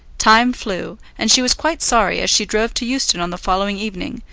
time flew, and she was quite sorry, as she drove to euston on the following evening,